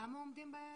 כמה עומדים ביעדים?